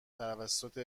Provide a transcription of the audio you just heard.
توسط